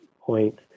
point